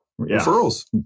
Referrals